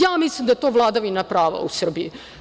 Ja mislim da je to vladavina prava u Srbiji.